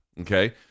okay